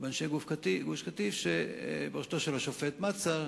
באנשי גוש-קטיף, בראשותו של השופט מצא.